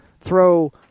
throw